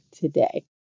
today